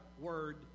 word